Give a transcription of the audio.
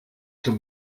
can